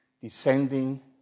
descending